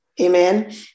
amen